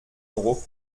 ruck